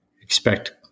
expect –